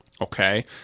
okay